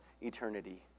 eternity